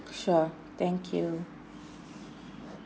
sure thank you